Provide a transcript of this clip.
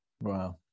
Wow